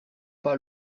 pas